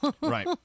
Right